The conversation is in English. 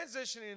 transitioning